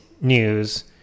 news